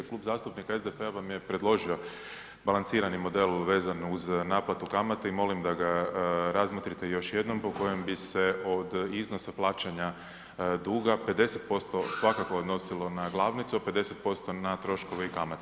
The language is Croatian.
Klub zastupnika SDP-a vam je predložio balansirani model vezano uz naplatu kamata i molim da ga razmotrite još jednom po kojem bi se od iznosa plaćanja duga 50% svakako odnosilo na glavnicu, a 50% na troškove i kamatu.